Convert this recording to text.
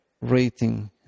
rating